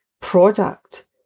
product